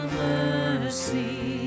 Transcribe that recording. mercy